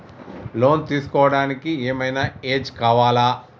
Loan తీస్కోవడానికి ఏం ఐనా ఏజ్ కావాలా?